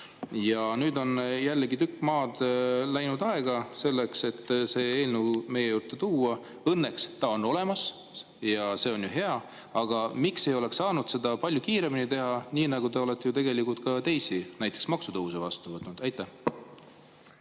Nüüd on jälle läinud tükk aega selleks, et see eelnõu meie ette tuua. Õnneks on ta olemas ja see on ju hea. Aga miks ei oleks saanud seda palju kiiremini teha, nii nagu te olete ju tegelikult näiteks maksutõuse vastu võtnud? Aitäh!